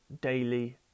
daily